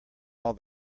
all